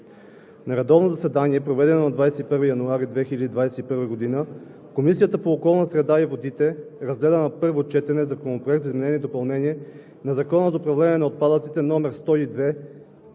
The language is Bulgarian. На редовно заседание, проведено на 21 януари 2021 г., Комисията по околната среда и водите, разгледа на първо четене Законопроект за изменение и допълнение на Закона за управление на отпадъците,